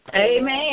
Amen